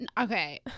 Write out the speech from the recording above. Okay